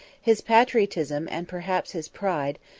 his patriotism, and perhaps his pride,